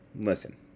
listen